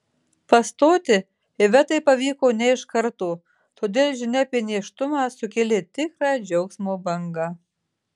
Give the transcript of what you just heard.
pastoti ivetai pavyko ne iš karto todėl žinia apie nėštumą sukėlė tikrą džiaugsmo bangą